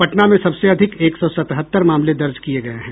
पटना में सबसे अधिक एक सौ सतहत्तर मामले दर्ज किये गये हैं